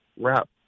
wrap –